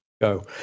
Go